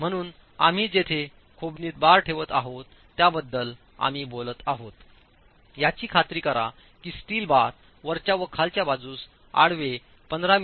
म्हणून आम्ही जेथे खोबणीत बार ठेवत आहोत त्याबद्दल आम्ही बोलत आहोत याची खात्री करा की स्टील बार वरच्या व खालच्या बाजूस आडवे 15 मि